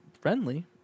friendly